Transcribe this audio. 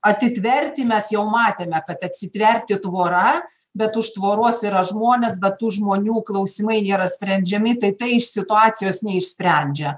atitverti mes jau matėme kad atsitverti tvora bet už tvoros yra žmonės bet tų žmonių klausimai nėra sprendžiami tai tai iš situacijos neišsprendžia